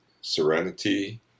serenity